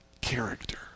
character